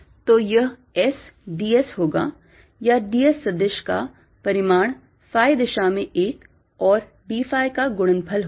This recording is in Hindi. तो यह S ds होगा या ds सदिश का परिमाण phi दिशा में एक और d phi का गुणनफल होगा